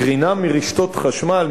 קרינה מרשתות חשמל,